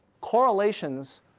Correlations